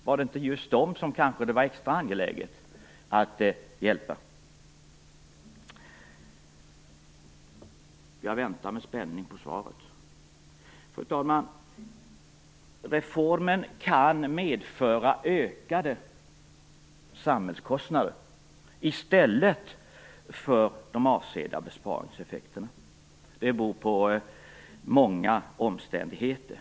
Var det inte just dem som det var extra angeläget att hjälpa? Jag väntar med spänning på svaret. Fru talman! Reformen kan medföra ökade samhällskostnader i stället för de avsedda besparingseffekterna. Detta beror på många omständigheter.